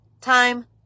Time